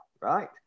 right